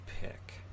pick